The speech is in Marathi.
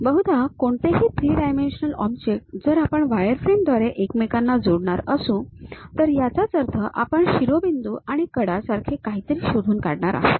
बहुधा कोणतेही ३ डायमेन्शनल ऑब्जेक्ट जर आपण वायरफ्रेमद्वारे एकमेकांना जोडणार असू तर याचाच अर्थ आपण शिरोबिंदू आणि कडा सारखे काहीतरी शोधून काढणार आहोत